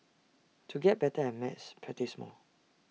to get better at maths practise more